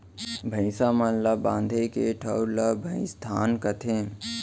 भईंसा मन ल बांधे के ठउर ल भइंसथान कथें